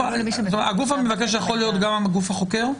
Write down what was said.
הגוף המבקש יכול להיות גם הגוף החוקר?